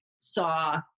saw